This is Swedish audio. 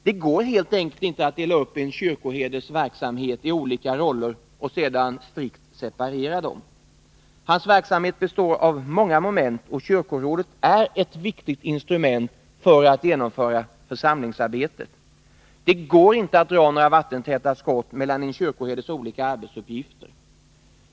Det går helt enkelt inte att dela upp en kyrkoherdes verksamhet i olika roller och sedan strikt separera dem. Hans verksamhet består av många moment, och kyrkorådet är ett viktigt instrument för att genomföra församlingsarbetet. Det går inte att sätta några vattentäta skott mellan en kyrkoherdes olika arbetsuppgifter.